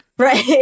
Right